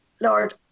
Lord